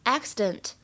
Accident